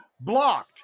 blocked